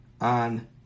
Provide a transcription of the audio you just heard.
on